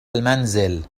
المنزل